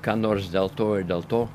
ką nors dėl to ir dėl to